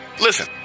Listen